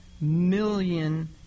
million